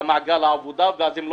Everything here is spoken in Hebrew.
ועדת רמ"י אישרה אותו.